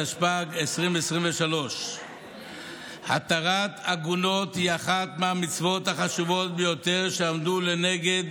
התשפ"ג 2023. התרת עגונות היא אחת מהמצוות החשובות ביותר שעמדו לנגד